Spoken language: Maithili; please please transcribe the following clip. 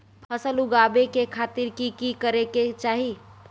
फसल उगाबै के खातिर की की करै के चाही?